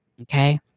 Okay